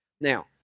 now